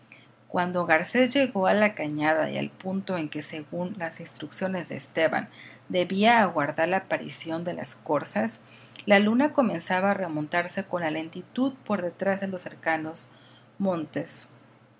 cuando garcés llegó a la cañada y al punto en que según las instrucciones de esteban debía aguardar la aparición de las corzas la luna comenzaba a remontarse con la lentitud por detrás de los cercanos montes